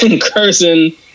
Cursing